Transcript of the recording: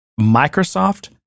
Microsoft